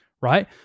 right